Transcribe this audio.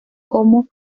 como